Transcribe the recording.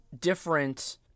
different